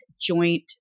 joint